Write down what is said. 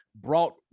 brought